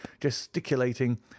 gesticulating